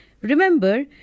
Remember